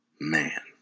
Man